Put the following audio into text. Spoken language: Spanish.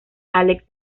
alex